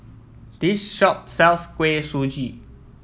this shop sells Kuih Suji